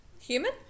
human